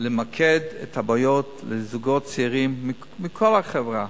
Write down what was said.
למקד את הבעיות לזוגות צעירים מכל החברה: